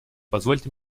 позвольте